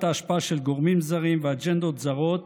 ההשפעה של גורמים זרים ואג'נדות זרות